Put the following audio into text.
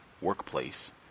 workplace